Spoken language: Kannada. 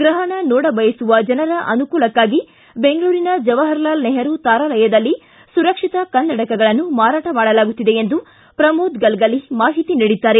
ಗ್ರಹಣ ನೋಡಬಯಸುವ ಜನರ ಅನುಕೂಲಕಾಗಿ ಬೆಂಗಳೂರಿನ ಜವಾಹಾರಲಾಲ್ ನೆಹರೂ ತಾರಾಲಯದಲ್ಲಿ ಸುರಕ್ಷಿತ ಕನ್ನಡಕಗಳನ್ನು ಮಾರಾಟ ಮಾಡಲಾಗುತ್ತಿದೆ ಎಂದು ಪ್ರಮೋದ ಗಲಗಲಿ ಮಾಹಿತಿ ನೀಡಿದ್ದಾರೆ